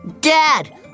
Dad